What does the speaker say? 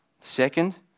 Second